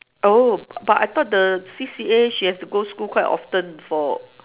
oh but I thought the C_C_A she have to go school quite often for